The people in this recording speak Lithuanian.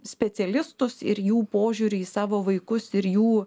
specialistus ir jų požiūrį į savo vaikus ir jų